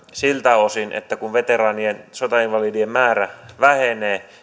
siltä osin että toiminta pystytään turvaamaan kun veteraanien sotainvalidien määrä vähenee